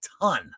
ton